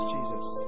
Jesus